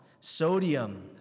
sodium